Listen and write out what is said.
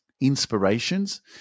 inspirations